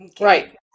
Right